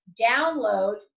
download